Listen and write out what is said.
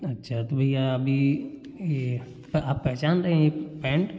अच्छा तो भैया अभी ये आप पहचान रहे हैं ये पैंट